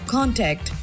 Contact